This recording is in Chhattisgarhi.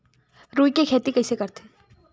रुई के खेती कइसे करथे?